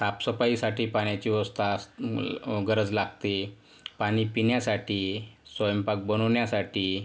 साफसफाईसाठी पाण्याची व्यवस्था गरज लागते पाणी पिण्यासाठी स्वयंपाक बनवण्यासाठी